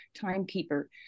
timekeeper